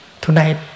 Tonight